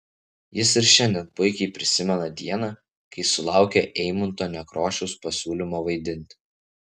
jis ir šiandien puikiai prisimena dieną kai sulaukė eimunto nekrošiaus pasiūlymo vaidinti